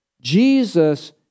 Jesus